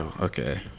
Okay